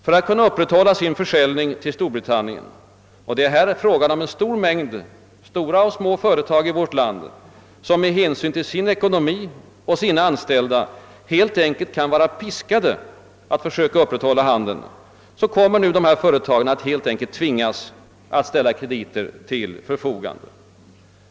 För att kunna upprätthålla sin försäljning till Storbritannien — och det är här fråga om en stor mängd stora och små företag i vårt land, som med hänsyn till sin ekonomi och sina anställda helt enkelt kan vara piskade att upprätthålla denna handel — kommer företag nu att tvingas att ställa krediter till förfogande.